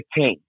15